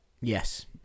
Yes